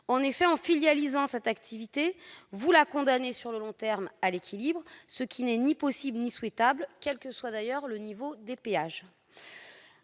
En effet, en filialisant cette activité, vous la condamnez sur le long terme à l'équilibre, ce qui n'est ni possible ni souhaitable, quel que soit le montant des péages.